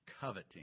coveting